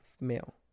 male